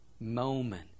moment